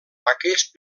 aquest